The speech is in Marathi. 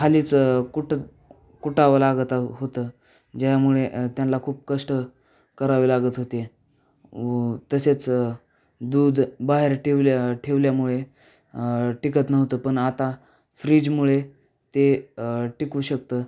खालीच कुटत कुटावं लागतं होतं ज्यामुळे त्यांना खूप कष्ट करावे लागत होते व तसेच दूध बाहेर ठेवल्या ठेवल्यामुळे टिकत नव्हतं पण आता फ्रीजमुळे ते टिकू शकतं